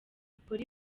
polly